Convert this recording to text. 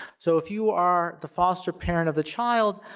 so, if you are the foster parent of the child,